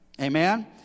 Amen